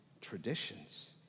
traditions